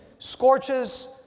scorches